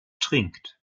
trinkt